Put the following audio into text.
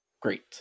great